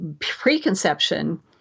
preconception